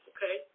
Okay